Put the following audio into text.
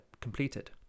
completed